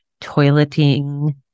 toileting